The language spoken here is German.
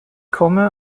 komme